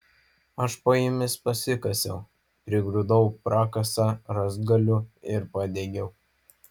aš po jomis pasikasiau prigrūdau prakasą rąstgalių ir padegiau